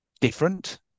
different